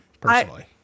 personally